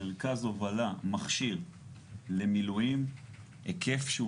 מרכז הובלה מכשיר למילואים היקף שהוא